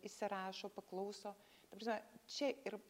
įsirašo paklauso ta prasme čia ir